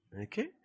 Okay